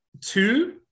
two